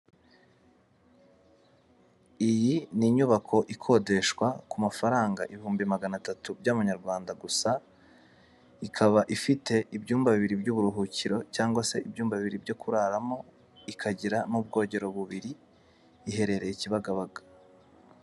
Iyi ni inyubako ikodeshwa ku mafaranga ibihumbi magana atatu by'amanyarwanda gusa ikaba ifite ibyumba bibiri by'uburuhukiro cyangwa se ibyumba bibiri byo kuraramo ikagira n'ubwogero bubiri iherereye Kibagabaga.